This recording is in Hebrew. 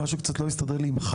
מה שקצת לא מסתדר לי עם,